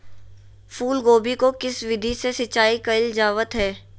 फूलगोभी को किस विधि से सिंचाई कईल जावत हैं?